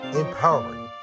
empowering